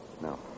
No